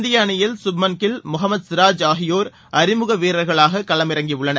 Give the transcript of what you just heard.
இந்தியஅணியில் சுப்மன்கில் மொகமத் சிராஜ் ஆகியோர் அறிமுகவீரர்களாககளம் இறங்கியுள்ளனர்